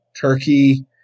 Turkey